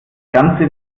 ganze